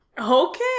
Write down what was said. Okay